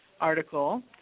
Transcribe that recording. article